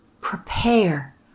prepare